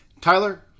Tyler